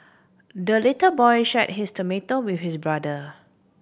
the little boy shared his tomato with his brother